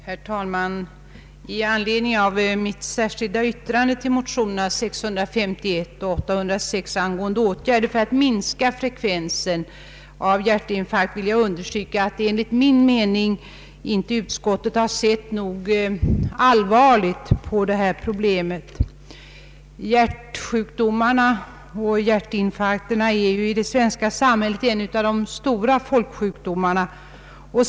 Herr talman! I anledning av mitt särskilda yttrande vid behandlingen av motionerna I: 651 och II: 806 angående åtgärder för att minska frekvensen av hjärtinfarkt vill jag understryka att utskottet enligt min mening inte har sett nog allvarligt på detta problem. Hjärtsjukdomarna och hjärtinfarkterna tillhör ju de stora folksjukdomarna i det svenska samhället.